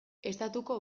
estatuko